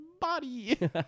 body